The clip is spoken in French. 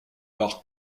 par